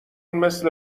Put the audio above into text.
مثل